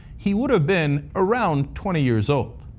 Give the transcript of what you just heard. he would have been around twenty years old.